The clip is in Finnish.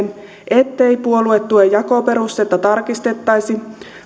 ettei puoluetuen jakoperustetta tarkistettaisi